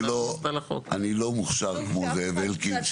אני לא מוכשר כמו זאב אלקין,